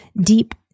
deep